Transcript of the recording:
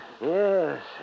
Yes